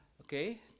okay